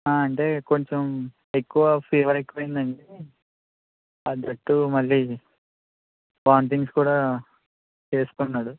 అంటే కొంచం ఎక్కువ ఫీవర్ ఎక్కువైందండీ దట్ టూ మళ్ళీ వామిటింగ్స్ కూడా చేసుకుంటున్నాడు